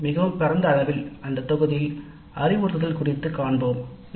அதில் மிகவும் பரந்த அளவில் அந்த தொகுதியில் அறிவுறுத்தலுடன் அக்கறை கொள்வோம்